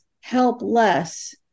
helpless